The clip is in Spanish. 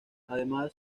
además